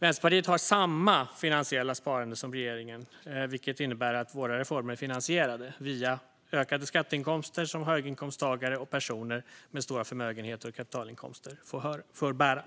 Vänsterpartiet har samma finansiella sparande som regeringen, vilket innebär att våra reformer är finansierade via ökade skatteinkomster som höginkomsttagare och personer med stora förmögenheter och kapitalinkomster får bära.